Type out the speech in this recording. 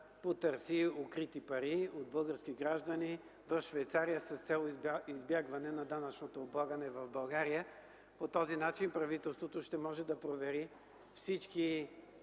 потърси укрити пари от български граждани в Швейцария с цел избягване на данъчното облагане в България. По този начин правителството, ще може да провери всички